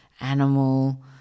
animal